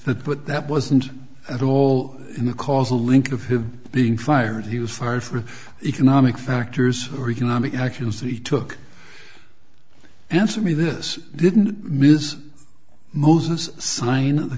that but that wasn't at all in the causal link of him being fired he was fired for economic factors or economic actions that he took answer me this didn't miss moses sign the